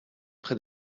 près